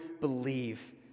believe